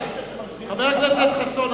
חבר הכנסת חסון,